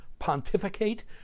pontificate